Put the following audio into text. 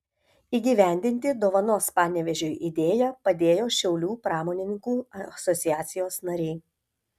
įgyvendinti dovanos panevėžiui idėją padėjo šiaulių pramonininkų asociacijos nariai